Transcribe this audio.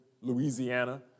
Louisiana